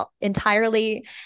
entirely